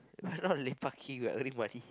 but not lepaking what earning money